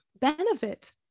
benefit